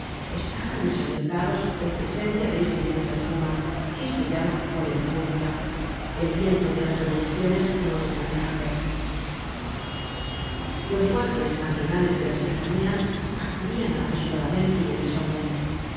estaban desorientados en presencia de esa inmensa espuma que se llama cólera pública el viento de las revoluciones no es manejable los guardias nacionales de las cercanías acudian apresuradamente y en desorden